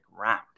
round